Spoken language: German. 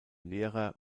lehrer